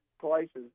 places